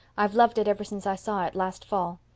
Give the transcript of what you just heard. i've loved it ever since i saw it last fall.